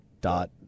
dot